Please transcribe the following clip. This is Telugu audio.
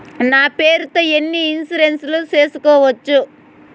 నా పేరుతో ఎన్ని ఇన్సూరెన్సులు సేసుకోవచ్చు?